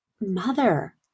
mother